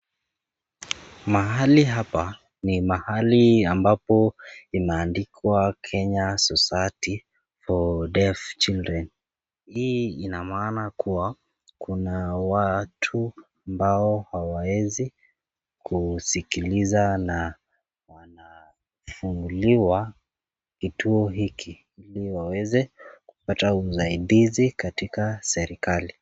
Mahali hapa ni mahali ambapo imeandikwa Kenya society for deaf children . Hii ina maana kuwa kuna watu hawawezi kusikiliza na wanafunguliwa kituo hiki ili waweze kupata usaidizi katika serikali.